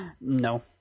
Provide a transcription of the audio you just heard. No